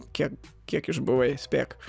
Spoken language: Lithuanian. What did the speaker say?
kiek kiek išbuvai spėk